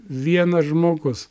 vienas žmogus